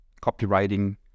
copywriting